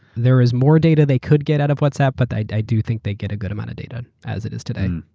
there is more data they could get out of whatsapp but i do think they get a good amount of data as it is today.